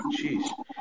Jeez